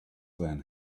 then